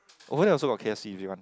over there also got K_F_C if you want